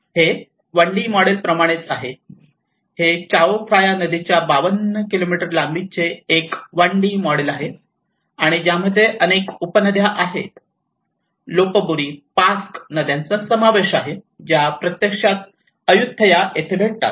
हे 1 D model प्रमाणेच आहे हे चाओ फ्राया नदीच्या 52 किलोमीटर लांबीचे एक 1 डी मॉडेल आहे आणि ज्यामध्ये अनेक उपनद्या आहेत लोपबुरी पास्क नद्यांचा समावेश आहे ज्या प्रत्यक्षात अय्युथय़ा येथे भेटतात